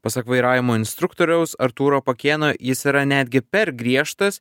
pasak vairavimo instruktoriaus artūro pakėno jis yra netgi per griežtas